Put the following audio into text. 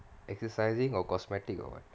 exercising or cosmetic or [what]